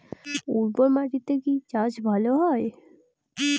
উর্বর মাটিতে কি চাষ ভালো হয়?